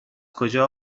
کجا